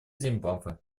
зимбабве